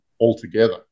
Altogether